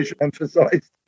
emphasized